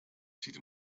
zieht